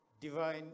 Divine